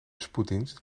spoeddienst